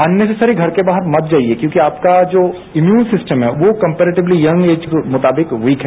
unnecessary घर के बाहर मत जाइए क्योंकि आपका जो इम्यून सिस्टम है वो कम्पेरेटिवली यंग ऐज के मुताबिक वीक है